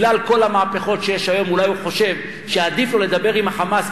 בגלל כל המהפכות שיש היום אולי הוא חושב שעדיף לו לדבר עם ה"חמאס",